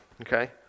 okay